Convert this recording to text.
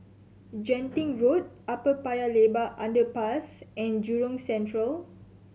Genting Road Upper Paya Lebar Underpass and Jurong Central